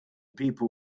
people